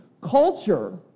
culture